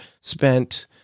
spent